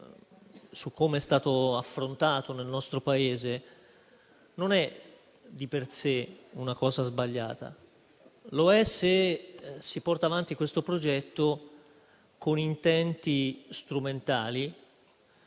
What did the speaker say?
su com'è stato affrontato nel nostro Paese non è di per sé una cosa sbagliata; lo è se si porta avanti questo progetto con intenti strumentali,